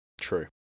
True